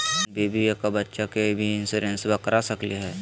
अपन बीबी आ बच्चा के भी इंसोरेंसबा करा सकली हय?